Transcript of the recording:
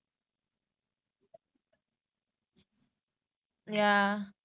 like every saturday also got Zoom reality life Voom